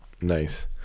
Nice